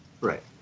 Right